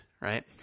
right